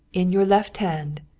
in your left hand.